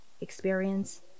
experience